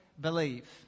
believe